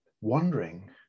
wondering